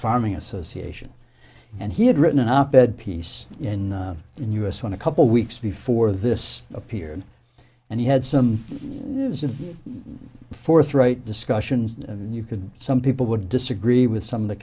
farming association and he had written an op ed piece in us when a couple weeks before this appeared and he had some forthright discussions and you could some people would disagree with some of the